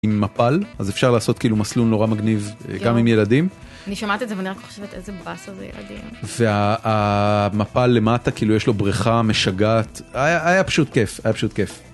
עם מפל אז אפשר לעשות כאילו מסלול נורא מגניב גם עם ילדים. אני שומעת את זה ואני רק חושבת איזה באסה זה ילדים. והמפל למטה כאילו יש לו בריכה משגעת היה פשוט כיף היה פשוט כיף.